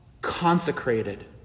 consecrated